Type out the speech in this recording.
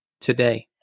today